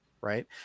Right